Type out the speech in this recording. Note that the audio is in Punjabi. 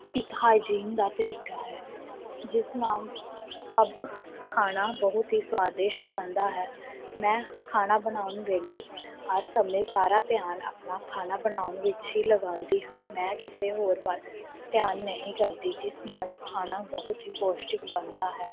ਇੱਕ ਹਾਈਜੀਨ ਦਾ ਤਰੀਕਾ ਹੈ ਜਿਸ ਨਾਲ ਸਭ ਖਾਣਾ ਬਹੁਤ ਹੀ ਸਵਾਦਿਸ਼ਟ ਬਣਦਾ ਹੈ ਮੈਂ ਖਾਣਾ ਬਣਾਉਣ ਵੇਲੇ ਹਰ ਸਮੇਂ ਸਾਰਾ ਧਿਆਨ ਆਪਣਾ ਖਾਣਾ ਬਣਾਉਣ ਵਿੱਚ ਹੀ ਲਗਾਉਂਦੀ ਹਾਂ ਮੈਂ ਕਿਸੇ ਹੋਰ ਵੱਲ ਧਿਆਨ ਨਹੀਂ ਕਰਦੀ ਜਿਸ ਨਾਲ ਖਾਣਾ ਬਹੁਤ ਹੀ ਪੌਸ਼ਟਿਕ ਬਣਦਾ ਹੈ